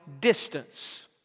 distance